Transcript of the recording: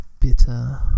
bitter